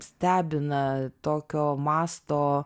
stebina tokio masto